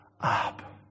up